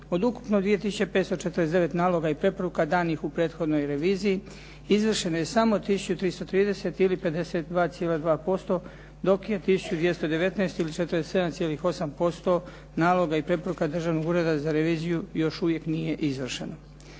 Od ukupno 2 tisuće 549 naloga i preporuka danih u prethodnoj reviziji izvršeno je samo tisuću 330 ili 52,2% dok je tisuću 219 ili 47,8% naloga i preporuka Državnog ureda za reviziju još uvijek nije izvršeno.